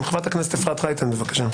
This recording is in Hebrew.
חברת הכנסת אפרת רייטן, בבקשה.